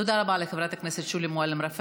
תודה רבה לחברת הכנסת שולי מועלם-רפאלי.